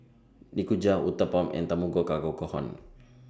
Nikujaga Uthapam and Tamago Kake Gohan